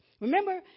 Remember